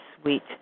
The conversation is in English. sweet